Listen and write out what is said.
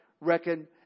reckon